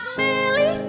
merely